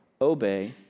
obey